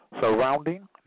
surrounding